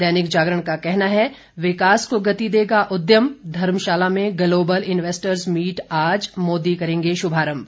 दैनिक जागरण का कहना है विकास को गति देगा उद्यम धर्मशाला में ग्लोबल इन्वेस्टर्स मीट आज मोदी करेंगे शुभारंभ